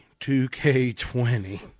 2K20